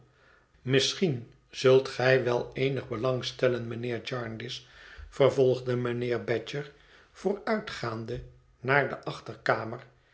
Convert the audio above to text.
misschien zult gij wel eenig belang stellen mijnheer jarndyce vervolgde mijnheer badger vooruitgaande naar de achterkamer